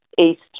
East